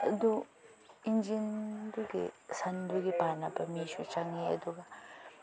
ꯑꯗꯨ ꯏꯟꯖꯤꯟꯗꯨꯒꯤ ꯁꯟꯗꯨꯒꯤ ꯄꯥꯅꯕ ꯃꯤꯁꯨ ꯆꯪꯉꯦ ꯑꯗꯨꯒ